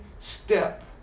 step